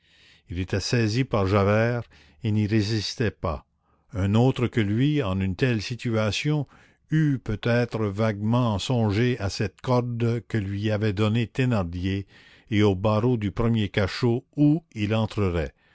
il était saisi par javert et n'y résistait pas un autre que lui en une telle situation eût peut être vaguement songé à cette corde que lui avait donnée thénardier et aux barreaux du premier cachot où il entrerait